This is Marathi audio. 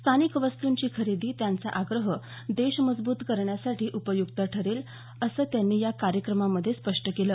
स्थानिक वस्तूंची खरेदी त्यांचा आग्रह देश मजबूत करण्यासाठी उपयुक्त ठरेल असं त्यांनी या कार्यक्रमामधे स्पष्ट केलं